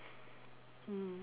mm